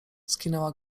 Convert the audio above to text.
skinęła